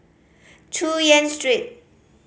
Chu Yen Street